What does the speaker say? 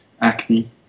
acne